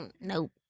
nope